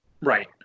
right